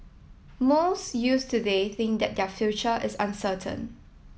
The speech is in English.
most youths today think that their future is uncertain